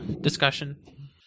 discussion